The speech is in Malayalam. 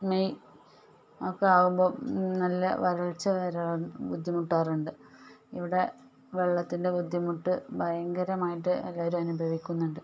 മെയ് ഒക്കെ ആകുമ്പം നല്ല വരള്ച്ച വരിക ബുദ്ധിമുട്ടാറുണ്ട് ഇവിടെ വെള്ളത്തിന്റെ ബുദ്ധിമുട്ട് ഭയങ്കരമായിട്ട് എല്ലാവരും അനുഭവിക്കുന്നുണ്ട്